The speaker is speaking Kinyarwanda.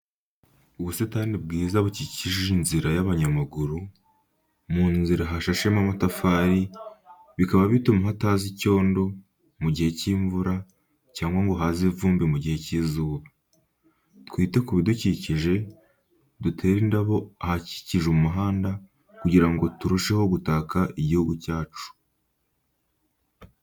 Ubusitani bwiza bukikije inzira y'abanyamaguru, Mu nzira hashashemo amatafari, bikaba bituma hataza icyondo mu gihe cy'imvura cyangwa ngo haze ivumbi mu gihe cy'izuba. Twite ku bidukikije, dutere indabo ahakikije umuhanda kugira ngo turusheho gutaka igihugu cyacu.